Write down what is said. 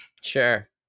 Sure